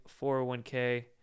401k